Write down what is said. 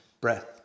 breath